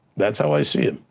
that's how i see it.